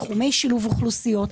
בתחומי שילוב אוכלוסיות,